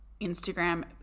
Instagram